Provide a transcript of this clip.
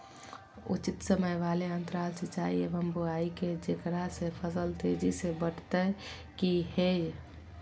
उचित समय वाले अंतराल सिंचाई एवं बुआई के जेकरा से फसल तेजी से बढ़तै कि हेय?